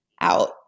out